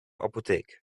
apotheek